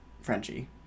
Frenchie